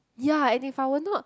ya and if I will not